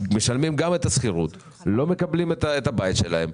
ומשלמים גם את השכירות ולא מקבלים את הבית שלהם.